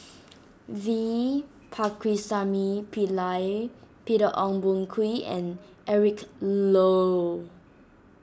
V Pakirisamy Pillai Peter Ong Boon Kwee and Eric Low